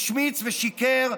השמיץ ושיקר,